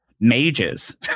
mages